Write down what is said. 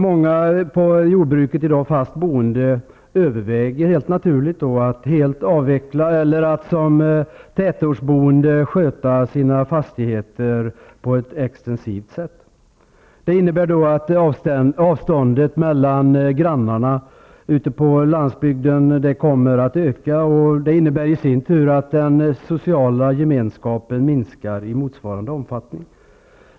Många inom jordbruket fast boende överväger helt naturligt att helt avveckla eller att som tätortsboende sköta sina fastigheter på ett extensivt sätt. Det innebär att avståndet mellan grannarna ute på landsbygden kommer att öka, vilket i sin tur innebär att den sociala gemenskapen minskar i motsvarande omfattning.